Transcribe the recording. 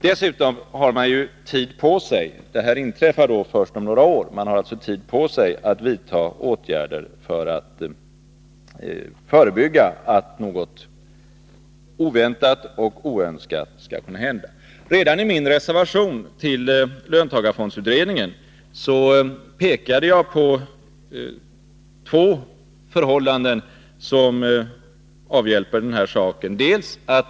Dessutom har man tid på sig — detta inträffar först om några år — att vidta åtgärder för att förebygga att något oväntat och oönskat skall kunna inträffa. Redan i min reservation till löntagarfondsutredningen pekade jag på två förhållanden som avhjälper den saken.